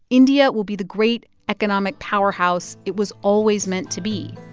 india will be the great economic powerhouse it was always meant to be